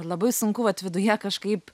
labai sunku vat viduje kažkaip